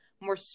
more